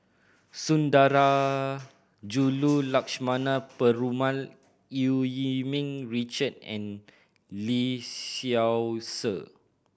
Sundarajulu Lakshmana Perumal Eu Yee Ming Richard and Lee Seow Ser